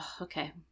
Okay